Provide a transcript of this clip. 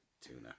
Tuna